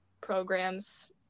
programs